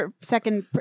second